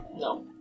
No